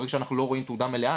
ברגע שאנחנו לא רואים תעודה מלאה,